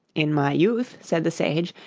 in my youth said the sage,